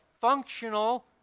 functional